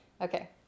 Okay